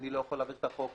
אני לא יכול להעביר את החוק,